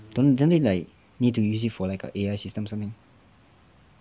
don't don't they like need to use it for an A_I system or something